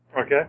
Okay